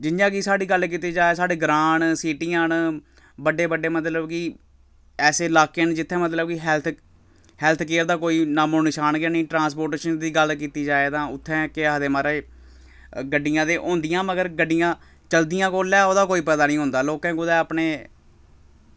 जि'यां कि साढ़ी गल्ल कीती जा साढ़े ग्रां न सिटियां न बड्डे बड्डे मतलब कि ऐसे लाके न जित्थै मतलब कि हैल्थ हैल्थ केयर दा कोई नामो निशान गै नेईं ट्रांसपोर्टेशन दी गल्ल कीती जाए ते उत्थै केह् आखदे म्हाराज गड्डियां ते होंदियां मगर गड्डियां चलदियां कुसलै ओह्दा कोई पता निं होंदा लोकें कु'तै अपने